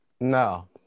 No